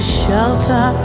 shelter